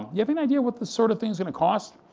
you have any idea what this sort of thing is going to cost?